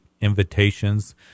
invitations